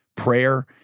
Prayer